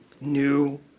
New